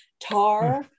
Tar